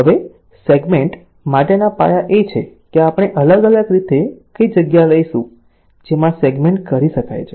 હવે સેગ્મેન્ટ માટેના પાયા એ છે કે આપણે અલગ અલગ રીતે કઈ જગ્યા લઈશું જેમાં સેગ્મેન્ટ કરી શકાય છે